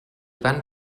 van